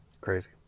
crazy